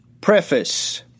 Preface